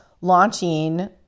launching